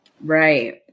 Right